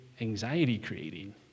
anxiety-creating